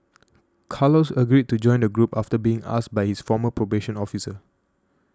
carlos agreed to join the group after being asked by his former probation officer